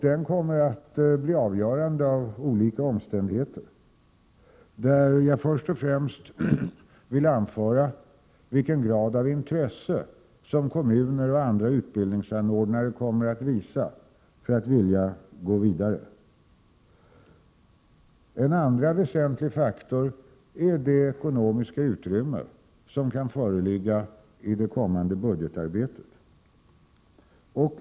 Den kommer att bli beroende av olika omständigheter, där jag först och främst vill anföra vilken grad av intresse som kommuner och andra utbildningsanordnare kommer att visa för att vilja gå vidare. En andra väsentlig faktor är det ekonomiska utrymme som kan föreligga i det kommande budgetarbetet.